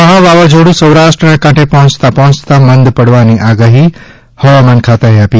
મહા વાવાઝોડું સૌરાષ્ટ્રના કાંઠે પહોંચતા પહોંચતા મંદ પડવાની આગાહી હવામાન ખાતાએ આપી